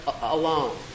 alone